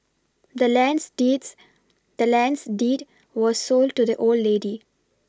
the land's deeds the land's deed was sold to the old lady